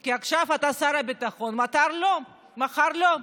כי עכשיו אתה שר הביטחון, מחר לא.